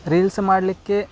reels ಮಾಡಲಿಕ್ಕೆ